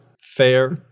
fair